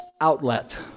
outlet